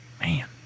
Man